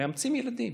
מאמצים ילדים.